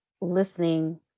listening